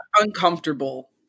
uncomfortable